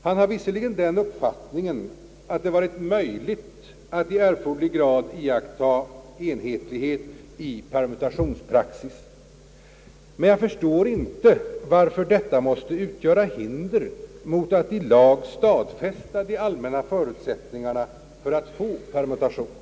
Han har visserligen den uppfattningen att det varit möjligt att »i erforderlig grad iaktta — enhetlighet i <permutationspraxis». Jag förstår inte varför detta måste utgöra hinder mot att i lag stadfästa de allmänna förutsättningarna för att få permutation.